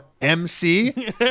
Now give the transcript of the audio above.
MC